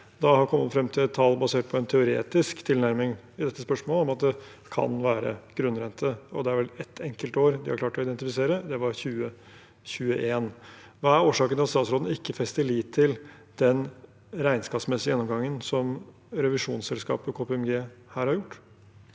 SSB har kommet frem til et tall basert på en teoretisk tilnærming i dette spørsmålet om at det kan være grunnrente. Det er vel ett enkelt år de har klart å identifisere, og det var 2021. Hva er årsaken til at statsråden ikke fester lit til den regnskapsmessige gjennomgangen som revisjonsselskapet KPMG her har gjort?